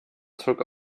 zog